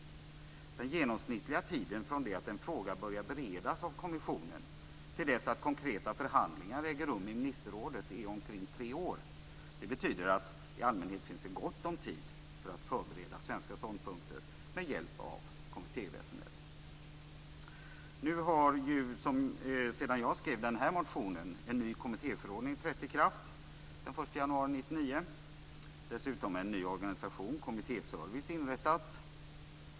Den genomsnittliga tiden från det att en fråga börjar beredas av kommissionen till dess att konkreta förhandlingar äger rum i ministerrådet är omkring tre år. Det betyder att det i allmänhet finns gott om tid för att förbereda svenska ståndpunkter med hjälp av kommittéväsendet. Sedan jag skrev motionen har ju en ny kommittéförordning trätt i kraft den 1 januari 1999. Dessutom har en ny organisation, Kommittéservice, inrättats.